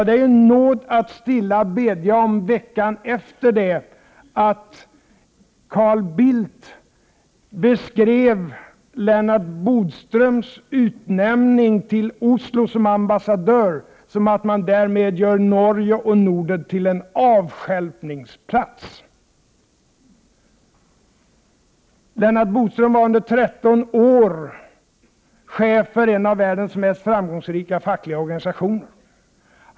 Det är en nåd att stilla bedja om veckan efter att Carl Bildt beskrivit Lennart Bodströms utnämning till ambassadör i Oslo som att man gör Norge och Norden till en avstjälpningsplats. Lennart Bodström var under 13 år chef för en av världens mest framgångsrika fackliga organisationer.